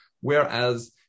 Whereas